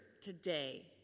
today